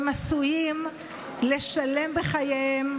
שהם עשויים לשלם בחייהם,